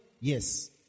Yes